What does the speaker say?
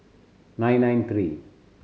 nine nine three